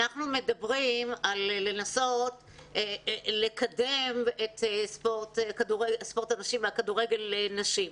אנחנו מדברים על לנסות לקדם את ספורט הנשים ואת כדורגל הנשים,